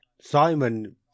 Simon